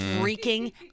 freaking